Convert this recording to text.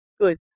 good